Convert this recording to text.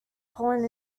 pollen